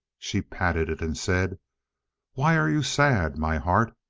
she patted it and said why are you sad, my heart?